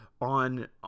on